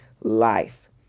life